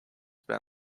about